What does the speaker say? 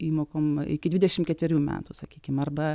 įmokom iki dvidešimt ketverių metų sakykim arba